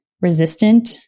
resistant